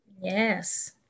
Yes